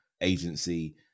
agency